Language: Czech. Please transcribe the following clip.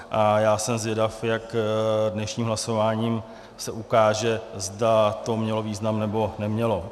A já jsem zvědav, jak se dnešním hlasováním ukáže, zda to mělo význam, nebo nemělo.